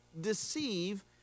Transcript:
deceive